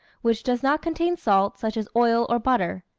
which does not contain salt, such as oil or butter.